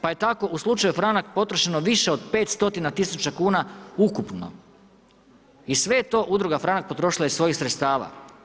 Pa je tako u slučaju Franak potrošeno više od 500 tisuća kuna ukupno i sve je to Udruga Franak potrošila iz svojih sredstava.